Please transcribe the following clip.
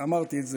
ואמרתי את זה,